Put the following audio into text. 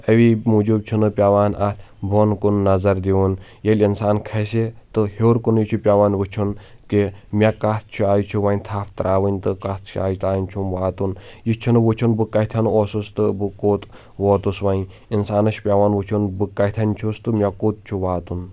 اوِی موٗجوٗب چھُنہٕ پٮ۪وان اتھ بۄن کُن نظر دِیُن ییٚلہِ انسان کھسہِ تہٕ ہیٚور کُنی چھُ پیٚوان وُچھُن کہِ مےٚ کتھ شایہِ چھُ وۄنۍ تھپھ تراوٕنۍ تہٕ کتھ شایہِ تانۍ چھُم واتُن یہِ چھُنہٕ وُچھُن بہٕ کتھٮ۪ن اوسُس تہٕ بہٕ کوٚت ووٚتُس وۄنۍ انسانس چھُ پٮ۪وان وُچھُن بہٕ تتھٮ۪س چھُس تہٕ مےٚ کوٚت چھُ واتُن